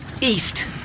east